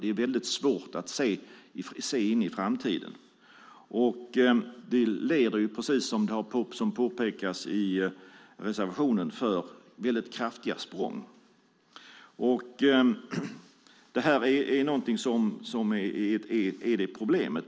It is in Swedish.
Det är väldigt svårt att se in i framtiden, och det leder precis som påpekas i reservationen till väldigt kraftiga språng. Det här är ett problem.